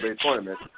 tournament